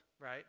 right